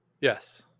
Yes